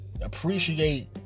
appreciate